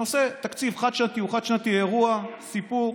נושא תקציב חד-שנתי, חד-שנתי, אירוע, סיפור.